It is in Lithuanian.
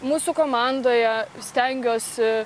mūsų komandoje stengiuosi